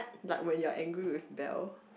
like when you're angry with Belle